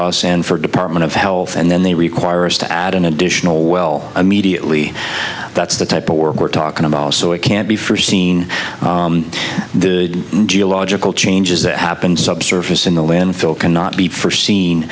us and for department of health and then they require us to add an additional well immediately that's the type of work we're talking about so it can't be forseen the geological changes that happened subsurface in the landfill cannot be forseen